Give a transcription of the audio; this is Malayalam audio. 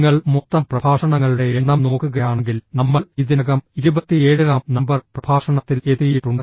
നിങ്ങൾ മൊത്തം പ്രഭാഷണങ്ങളുടെ എണ്ണം നോക്കുകയാണെങ്കിൽ നമ്മൾ ഇതിനകം 27 ാം നമ്പർ പ്രഭാഷണത്തിൽ എത്തിയിട്ടുണ്ട്